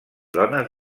dones